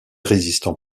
résistant